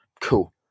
Cool